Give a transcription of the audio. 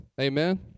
Amen